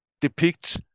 depict